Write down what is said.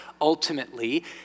ultimately